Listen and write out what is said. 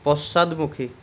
পশ্চাদমুখী